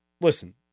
listen